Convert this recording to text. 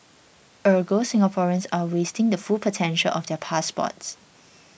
Ergo Singaporeans are wasting the full potential of their passports